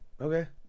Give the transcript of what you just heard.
Okay